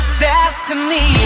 destiny